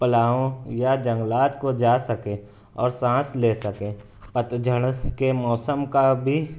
پلاؤں یا جنگلات کو جا سکیں اور سانس لے سکیں پتجھڑ کے موسم کا بھی